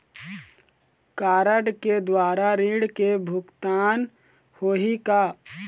Card के द्वारा ऋण के भुगतान होही का?